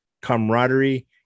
camaraderie